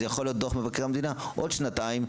זה יכול להיות דוח מבקר המדינה בעוד שנתיים,